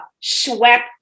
swept